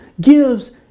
gives